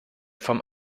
from